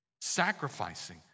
sacrificing